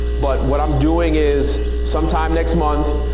but what i'm doing is, sometime next month,